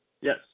yes